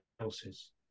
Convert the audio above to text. else's